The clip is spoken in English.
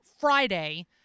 Friday